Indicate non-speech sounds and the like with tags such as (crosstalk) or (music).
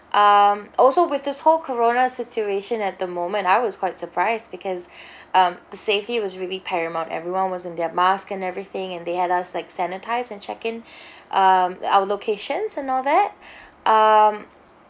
um also with his whole corona situation at the moment I was quite surprised because (breath) um the safety was really paramount everyone was in their mask and everything and they had us like sanitized and check in (breath) um our locations and all that (breath) um